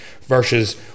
Versus